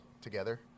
together